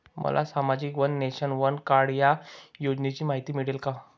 मला सामाजिक one nation, one card या योजनेची माहिती मिळेल का?